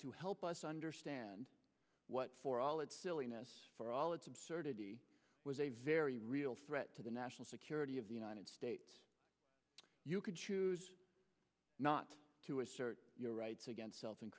to help us understand what for all its silliness for all its absurdity was a very real threat to the national security of the united states you could choose not to assert your rights against s